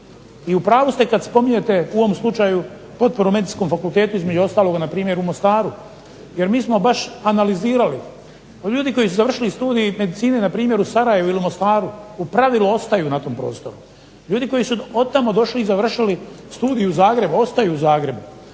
I u pravo ste kad spominjete u ovom slučaju potporu Medicinskom fakultetu između ostaloga npr. u Mostaru jer mi smo baš analizirali, ali ljudi koji su završili studij medicine npr. u Sarajevu ili Mostaru u pravilu ostaju na tom prostoru. Ljudi koji su otamo došli i završili studij u Zagrebu ostaju u Zagrebu.